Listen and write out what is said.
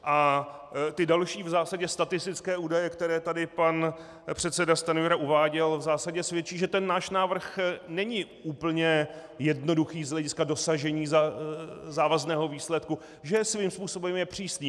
A ty další statistické údaje, které tady pan předseda Stanjura uváděl, v zásadě svědčí, že náš návrh není úplně jednoduchý z hlediska dosažení závazného výsledku, že je svým způsobem přísný.